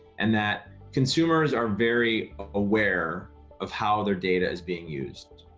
and that consumers are very aware of how their data is being used.